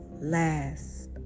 last